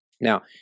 Now